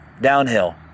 Downhill